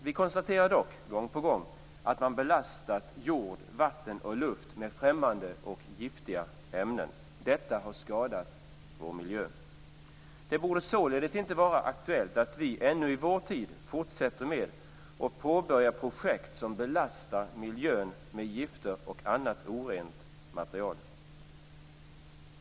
Vi konstaterar dock, gång på gång, att man belastat jord, vatten och luft med främmande och giftiga ämnen. Detta har skadat vår miljö. Det borde således inte vara aktuellt att vi ännu i vår tid fortsätter med och påbörjar projekt som belastar miljön med gifter och annat orent material.